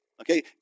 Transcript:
Okay